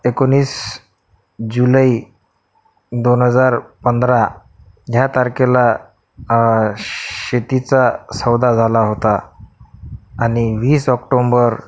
एकोणीस जुलै दोन हजार पंधरा या तारखेला शेतीचा सौदा झाला होता आणि वीस ऑक्टोंबर